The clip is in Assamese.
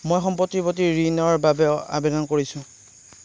মই সম্পত্তিৰ প্ৰতি ঋণৰ বাবে আবেদন কৰিছো